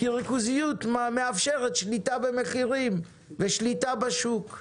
כי ריכוזיות מאפשרת שליטה במחירים ושליטה בשוק.